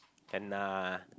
can lah